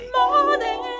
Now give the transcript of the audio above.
morning